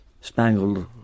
spangled